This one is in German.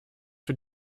für